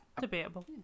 Debatable